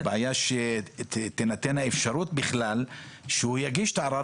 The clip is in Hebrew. הבעיה שתינתן האפשרות בכלל שהוא יגיש את הערר,